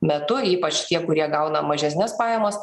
metu ypač tie kurie gauna mažesnes pajamas